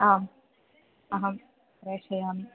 आम् अहं प्रेषयामि